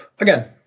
Again